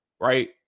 Right